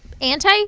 anti